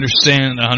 understand